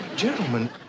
gentlemen